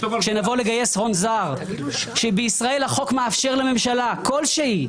כשנבוא לגייס הון זר: שבישראל החוק מאפשר לממשלה כל שהיא,